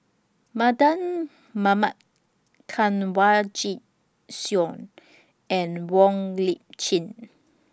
Mardan Mamat Kanwaljit Soin and Wong Lip Chin